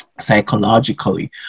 psychologically